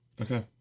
Okay